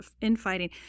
infighting